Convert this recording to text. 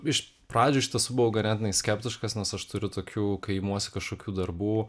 iš pradžių iš tiesų buvau ganėtinai skeptiškas nes aš turiu tokių kai imuosi kažkokių darbų